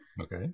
Okay